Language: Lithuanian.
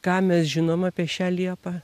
ką mes žinom apie šią liepą